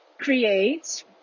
create